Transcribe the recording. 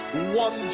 one